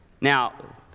Now